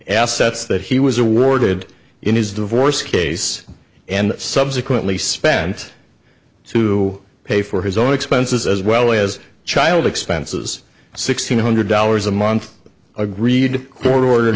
assets that he was awarded in his divorce case and subsequently spent to pay for his own expenses as well as child expenses six hundred dollars a month agreed to court ordered